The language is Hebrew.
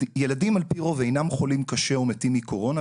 ילדים על פי רוב אינם חולים קשה או מתים מקורונה,